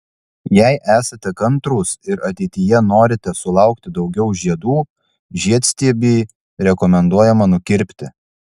jei esate kantrūs ir ateityje norite sulaukti daugiau žiedų žiedstiebį rekomenduojama nukirpti